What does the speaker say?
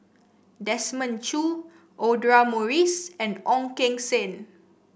Desmond Choo Audra Morrice and Ong Keng Sen